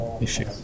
issue